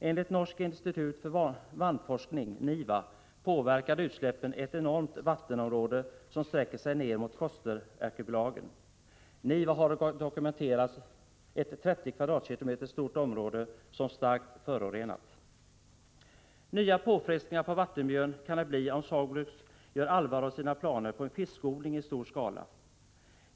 Enligt Norsk institutt for vannforskning, NIVA, påverkar utsläppen ett enormt vattenområde som sträcker sig ned mot Kosterarkipelagen. NIVA har dokumenterat ett 30 km? stort område som starkt förorenat. Nya påfrestningar på vattenmiljön kan det bli om Saugbrug gör allvar av sina planer på en fiskodling i stor skala.